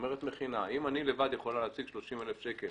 אומרת מכינה: אם אני לבד יכולה להשיג 30,000 שקל